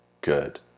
good